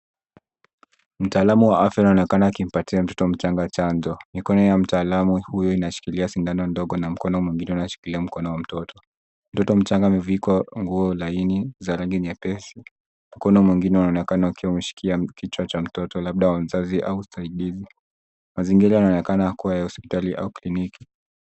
Mtaalamu wa afya anaonekana akimpatia mtoto mchanga chanjo. Mikono ya mtaalamu huyo unashikilia sindano ndogo na mkono mwingine unashikilia mkono wa mtoto. Mtoto mchanga amevikwa nguo laini za rangi nyepesi. Mkono mwingine unaonekana ukiwa umeshikia kichwa cha mtoto labda wa mzazi au msaidizi. Mazingira unaonekana kuwa ya hospitali au kliniki.